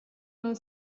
non